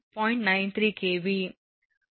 93 kV